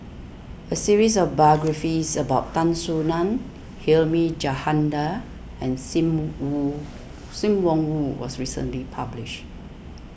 a series of biographies about Tan Soo Nan Hilmi Johandi and sim mu hoo Sim Wong Hoo was recently published